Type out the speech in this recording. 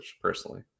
personally